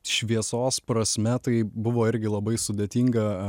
šviesos prasme tai buvo irgi labai sudėtinga